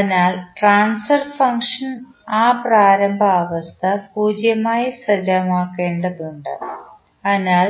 അതിനാൽ transfer function ആ പ്രാരംഭ അവസ്ഥ 0 ആയി സജ്ജമാക്കേണ്ടതുണ്ട് അതിനാൽ